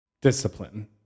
discipline